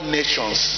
nations